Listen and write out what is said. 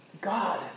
God